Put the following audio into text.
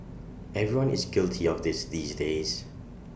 everyone is guilty of this these days